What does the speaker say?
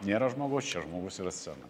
nėra žmogaus čia žmogus yra scenoj